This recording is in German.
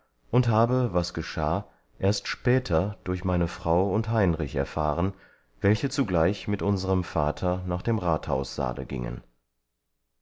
und habe was geschah erst später durch meine frau und heinrich erfahren welche zugleich mit unserem vater nach dem rathaussaale gingen